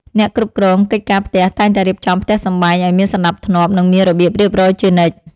អ្នកគ្រប់គ្រងកិច្ចការផ្ទះតែងតែរៀបចំផ្ទះសម្បែងឱ្យមានសណ្តាប់ធ្នាប់ និងមានរបៀបរៀបរយជានិច្ច។